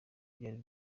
byari